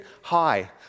high